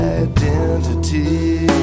identity